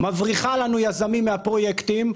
מבריחה לנו יזמים מהפרויקטים,